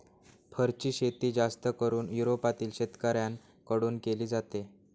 फरची शेती जास्त करून युरोपातील शेतकऱ्यांन कडून केली जाते